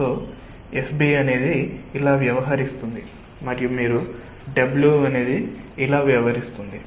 కాబట్టి FB ఇలా వ్యవహరిస్తుంది మరియు మీరు W ఇలా వ్యవహరిస్తుంది